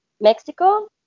Mexico